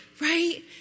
right